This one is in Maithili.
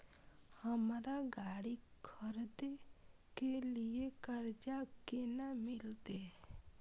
हमरा गाड़ी खरदे के लिए कर्जा केना मिलते?